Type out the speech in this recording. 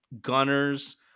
gunners